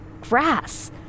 grass